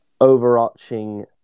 overarching